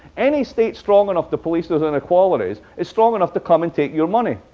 any state strong enough to police those inequalities is strong enough to come and take your money.